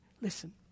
listen